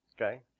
Okay